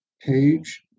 page